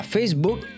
Facebook